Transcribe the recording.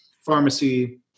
pharmacy